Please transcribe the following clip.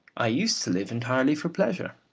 i used to live entirely for pleasure.